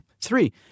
three